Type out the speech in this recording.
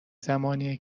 زمانیه